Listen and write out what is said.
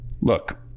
Look